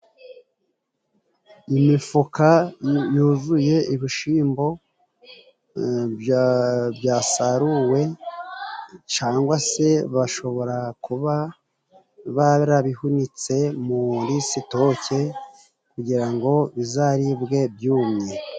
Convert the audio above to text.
Imifuka yuzuye ibishimbo byasaruwe, cangwa se bashobora kuba barabihunitse muri sitoke, kugira ngo bizaribwe byumye.